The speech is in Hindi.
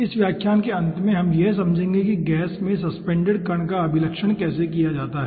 इस व्याख्यान के अंत में हम यह समझेंगे कि गैस में सस्पेंडेड कण का अभिलक्षण कैसे किया जाता है